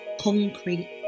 concrete